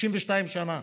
62 שנה.